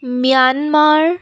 Myanmar